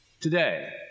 today